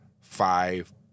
Five